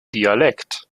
dialekt